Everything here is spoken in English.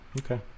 Okay